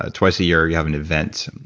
ah twice a year, you have an event,